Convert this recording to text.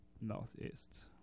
Northeast